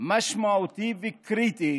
משמעותי וקריטי